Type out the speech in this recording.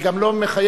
אני גם לא מחייב,